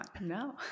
no